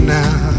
now